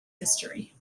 history